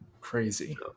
Crazy